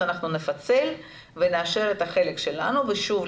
אנחנו נפצל ונאשר את החלק שלנו ושוב,